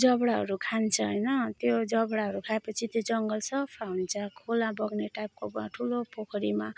जबडाहरू खान्छ होइन त्यो जबडाहरू खाएपछि त्यो जङ्गल सफा हुन्छ खोला बग्ने टाइपको अब ठुलो पोखरीमा